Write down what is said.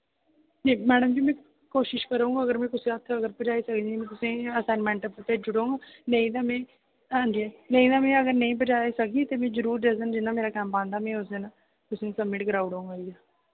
जी madam जी में कोशिश करूङ अगर में कुसै हत्थै अगर पजाई सकनी में तुसेंगी असाइनमेंट भेजी ओड़ङ नेईं ते में हां जी नेईं ते में अगर में नेईं पजाई सकगी ते फिर ज़रूर जिस दिन मेरा कैंप आंदा में उस दिन तुसेंगी सबमिट कराई ओड़ङ आइयै